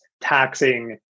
taxing